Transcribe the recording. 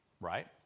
right